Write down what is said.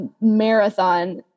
marathon